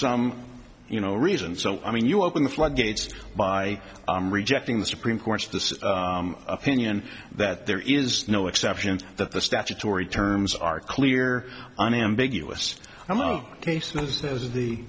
some you know reason so i mean you open the floodgates by rejecting the supreme court's this opinion that there is no exceptions that the statutory terms are clear unambiguous among cases that as the